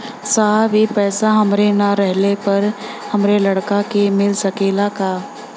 साहब ए पैसा हमरे ना रहले पर हमरे लड़का के मिल सकेला का?